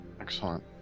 excellent